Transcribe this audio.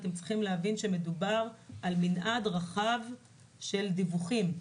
אתם צריכים להבין שמדובר על מנעד רחב של דיווחים.